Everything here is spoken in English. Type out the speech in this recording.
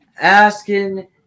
asking